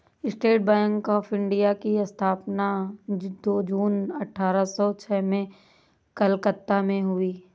state Bank of India की स्थापना दो जून अठारह सो छह में कलकत्ता में हुई